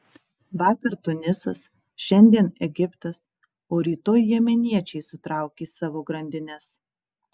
vakar tunisas šiandien egiptas o rytoj jemeniečiai sutraukys savo grandines